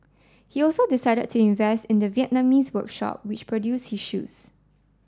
he also decided to invest in the Vietnamese workshop which produced his shoes